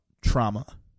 Trauma